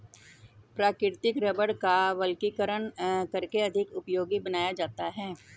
प्राकृतिक रबड़ का वल्कनीकरण करके अधिक उपयोगी बनाया जाता है